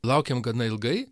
laukėm gana ilgai